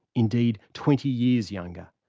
indeed, twenty years younger.